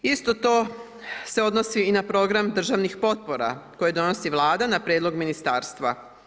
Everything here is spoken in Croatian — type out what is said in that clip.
Isto to se odnosi i na program državnih potpora koje donosi Vlada na prijedlog Ministarstva.